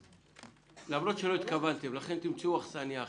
למרות שלא התכוונתם, תמצאו אכסניה אחרת.